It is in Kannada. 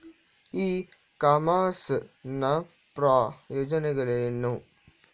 ಇ ಕಾಮರ್ಸ್ ನ ಪ್ರಯೋಜನಗಳೇನು?